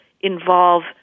involve